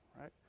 Right